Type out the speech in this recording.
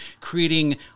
creating